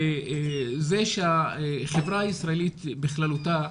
זה שהחברה הישראלית בכללותה,